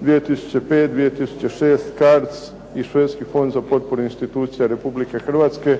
2005., 2006., "CARDS" i švedski Fond za potporu institucija Republike Hrvatske